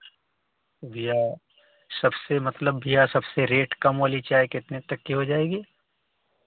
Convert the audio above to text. भैया सबसे मतलब भैया सबसे रेट कम वाली चाय कितने तक की हो जाएगी